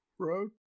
Road